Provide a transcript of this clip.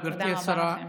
תודה רבה לכם.